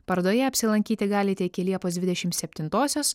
parodoje apsilankyti galite iki liepos dvidešim septintosios